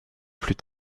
plus